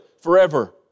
forever